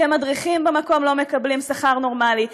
כי המדריכים במקום לא מקבלים שכר נורמלי,